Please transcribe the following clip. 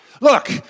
Look